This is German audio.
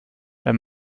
wenn